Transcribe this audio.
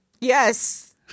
Yes